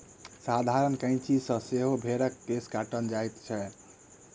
साधारण कैंची सॅ सेहो भेंड़क केश काटल जाइत छै